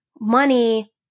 money